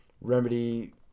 remedy